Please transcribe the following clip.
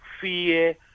fear